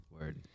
Word